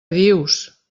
dius